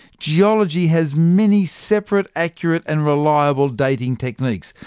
geology has many separate, accurate and reliable dating techniques.